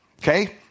Okay